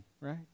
right